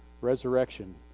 Resurrection